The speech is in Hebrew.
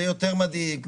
זה יותר מדאיג.